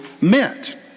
meant